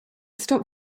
stop